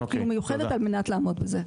על מנת לעמוד בזה.